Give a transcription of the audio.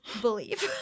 believe